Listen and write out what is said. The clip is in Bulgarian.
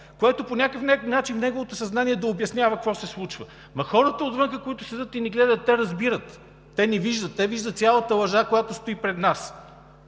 което по някакъв начин неговото съзнание да обяснява какво се случва, но хората отвън, които седят и ни гледат, те разбират. Те ни виждат. Те виждат цялата лъжа, която стои пред нас.